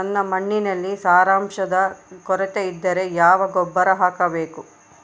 ನನ್ನ ಮಣ್ಣಿನಲ್ಲಿ ಸಾರಜನಕದ ಕೊರತೆ ಇದ್ದರೆ ಯಾವ ಗೊಬ್ಬರ ಹಾಕಬೇಕು?